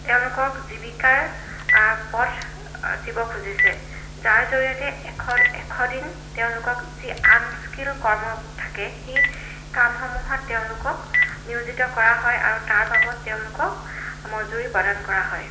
তেওঁলোকক জীৱিকাৰ পথ দিব খুজিছে যাৰ জৰিয়তে এশ এশ দিন তেওঁলোকক যি আনস্কিলড্ কৰ্ম থাকে সেই কামসমূহত তেওঁলোকক নিয়োজিত কৰা হয় আৰু তাৰ বাবদ তেওঁলোকক মজুৰি প্ৰদান কৰা হয়